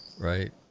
right